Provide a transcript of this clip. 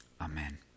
amen